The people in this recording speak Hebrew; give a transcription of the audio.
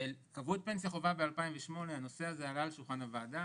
כשקבעו את פנסיית החובה ב-2008 הנושא הזה עלה על שולחן הוועדה